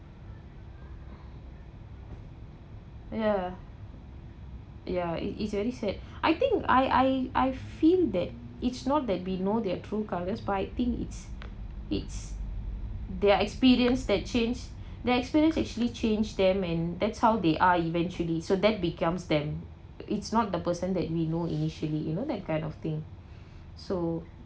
ya ya it is very sad I think I I I've feel that it's not that we know their true colour but I think it's it's their experience that change their experience actually change them and that's how they are eventually so that becomes them it's not the person that we know initially you know that kind of thing so